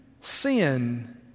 sin